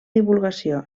divulgació